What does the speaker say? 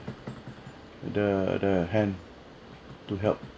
the the hand to help